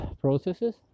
processes